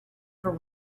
for